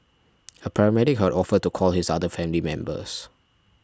a paramedic had offered to call his other family members